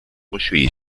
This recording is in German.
moschee